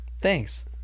thanks